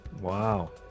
Wow